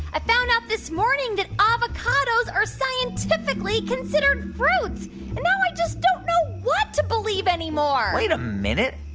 i found out this morning that avocados are scientifically considered fruits. and now i just don't know what to believe anymore wait a minute.